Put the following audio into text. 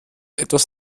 etwas